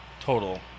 total